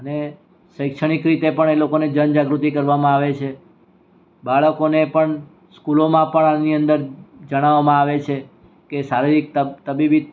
અને શૈક્ષણિક રીતે પણ એ લોકોને જનજાગૃતિ કરવામાં આવે છે બાળકોને પણ સ્કૂલોમાં પણ આની અંદર જણાવવામાં આવે છે કે શારીરિક તબીબી